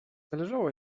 zależało